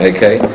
Okay